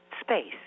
space